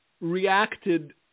reacted